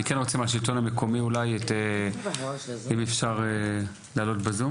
אני כן רוצה מהשלטון המקומי, אם אפשר להעלות בזום